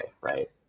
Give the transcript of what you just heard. right